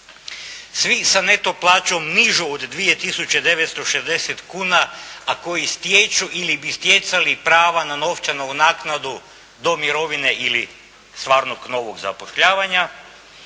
svi sa netom plaćom nižu od 2 tisuće 960 kuna, a koji stječu ili bi stjecali prava na novčanu naknadu do mirovine ili stvarnog novog zapošljavanja